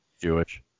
Jewish